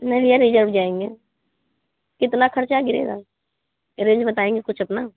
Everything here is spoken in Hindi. नहीं भैया रिजर्व जाएँगे कितना ख़र्चा गिरेगा रेंज बताएँगे कुछ अपना